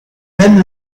même